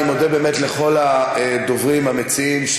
אני מודה באמת לכל הדוברים המציעים,